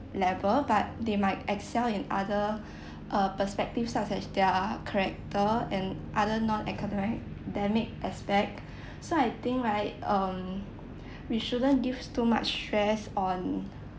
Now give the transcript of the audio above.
level but they might excel in other uh perspective such as their character and other non academic ~demic aspect so I think right um we shouldn't give too much stress on